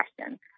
question